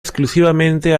exclusivamente